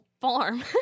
farm